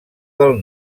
del